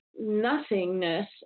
nothingness